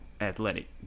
athletic